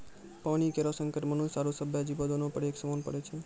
पानी केरो संकट मनुष्य आरो सभ्भे जीवो, दोनों पर एक समान पड़ै छै?